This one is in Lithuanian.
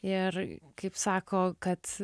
ir kaip sako kad